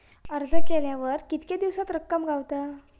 अर्ज केल्यार कीतके दिवसात रक्कम गावता?